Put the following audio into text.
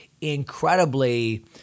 incredibly